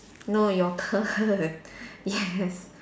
no your turn yes